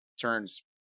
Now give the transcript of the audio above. turns